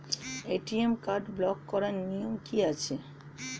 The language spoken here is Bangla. এ.টি.এম কার্ড ব্লক করার নিয়ম কি আছে?